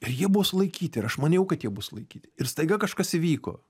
ir jie buvo sulaikyti ir aš maniau kad jie bus sulaikyti ir staiga kažkas įvyko